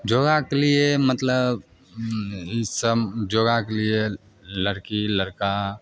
योगाके लिए मतलब सब योगाके लिए लड़की लड़का